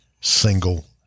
single